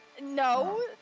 No